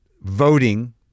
voting